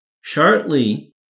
Shortly